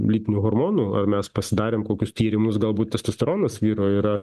lytinių hormonų ar mes pasidarėm kokius tyrimus galbūt testosteronas vyro yra